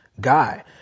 guy